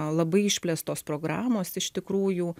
labai išplėstos programos iš tikrųjų